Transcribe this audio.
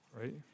right